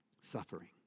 Suffering